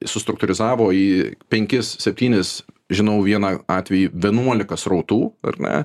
sustruktūrizavo į penkis septynis žinau vieną atvejį vienuolika srautų ar ne